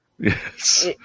Yes